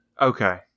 Okay